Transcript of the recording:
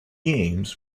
games